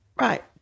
Right